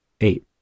eight